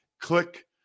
Click